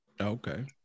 Okay